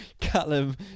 Callum